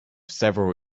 several